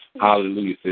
Hallelujah